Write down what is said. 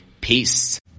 Peace